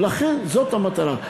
ולכן, זאת המטרה.